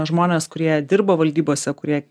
žmonės kurie dirba valdybose kurie